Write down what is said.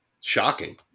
shocking